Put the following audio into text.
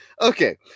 Okay